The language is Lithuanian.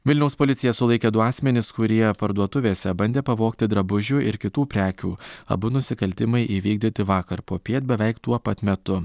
vilniaus policija sulaikė du asmenis kurie parduotuvėse bandė pavogti drabužių ir kitų prekių abu nusikaltimai įvykdyti vakar popiet beveik tuo pat metu